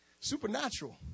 Supernatural